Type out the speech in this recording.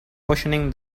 questioning